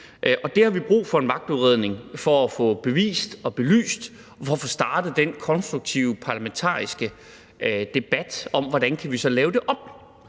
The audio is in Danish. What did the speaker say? Vi har brug for en magtudredning for at få det bevist og belyst og for at få startet den konstruktive parlamentariske debat om, hvordan vi så kan lave det om.